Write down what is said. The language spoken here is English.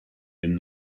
and